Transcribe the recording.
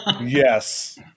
Yes